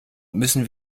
müssen